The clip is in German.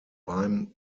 beim